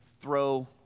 throw